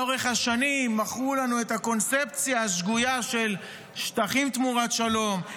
לאורך השנים מכרו לנו את הקונספציה השגויה של שטחים תמורת שלום,